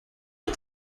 aux